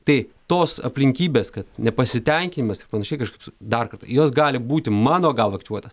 tai tos aplinkybės kad nepasitenkinimas ir panašiai kažkaip dar kartą jos gali būti mano mano galva aktyvuotos